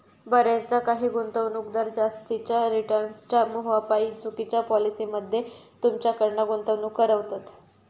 बऱ्याचदा काही गुंतवणूकदार जास्तीच्या रिटर्न्सच्या मोहापायी चुकिच्या पॉलिसी मध्ये तुमच्याकडना गुंतवणूक करवतत